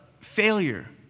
failure